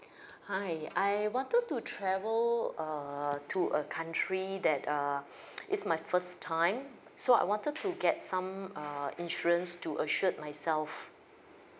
hi I wanted to travel err to a country that err it's my first time so I wanted to get some err insurance to assure myself